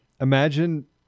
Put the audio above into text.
Imagine